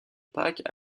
pâques